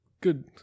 Good